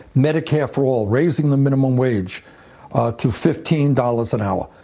medicare for all, raising the minimum wage to fifteen dollars an hour,